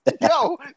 No